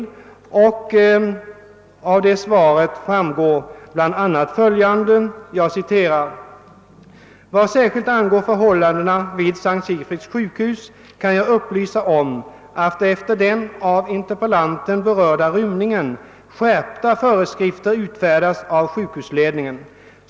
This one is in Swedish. I svaret sade han bl.a. följande: »Vad särskilt angår förhållandena vid S:t Sigfrids sjukhus kan jag upplysa om att efter den av interpellanten berörda rymningen skärpta föreskrifter utfärdats av sjukhusledningen.